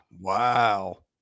Wow